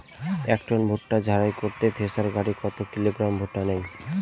এক টন ভুট্টা ঝাড়াই করতে থেসার গাড়ী কত কিলোগ্রাম ভুট্টা নেয়?